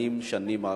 שנים, שנים ארוכות.